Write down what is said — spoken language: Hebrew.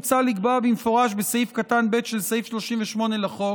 מוצע לקבוע במפורש בסעיף קטן (ב) של סעיף 38 לחוק,